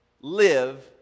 live